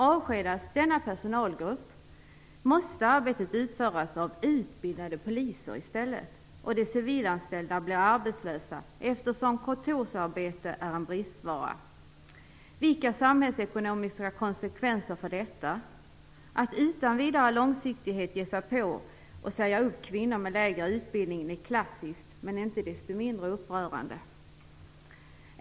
Avskedas denna personalgrupp, måste arbetet utföras av utbildade poliser i stället. De civilanställda blir arbetslösa, eftersom kontorsarbete är en bristvara. Vilka samhällsekonomiska konsekvenser får detta? Att utan vidare långsiktighet ge sig på att säga upp kvinnor med lägre utbildning är klassiskt men inte desto mindre upprörande.